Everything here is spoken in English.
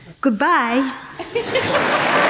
Goodbye